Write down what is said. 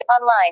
online